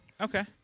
Okay